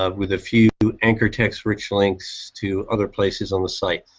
ah with a few anchor text reaching links to other places on the site.